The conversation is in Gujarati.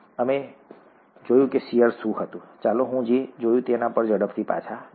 અમે જોયું કે શીયર શું હતું ચાલો હું જે જોયું તેના પર ઝડપથી પાછા જઈએ